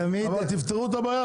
אבל תפתרו את הבעיה.